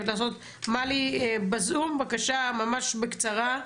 מלי בזום, בקשה ממש בקצרה.